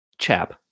Chap